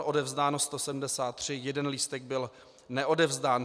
Odevzdáno 173, jeden lístek byl neodevzdán.